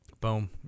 Boom